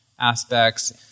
aspects